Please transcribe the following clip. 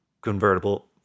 convertible